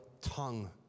tongue